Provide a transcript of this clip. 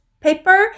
paper